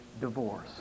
divorce